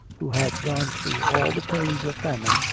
who had gone through all the pains of famine,